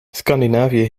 scandinavië